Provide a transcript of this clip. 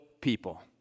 people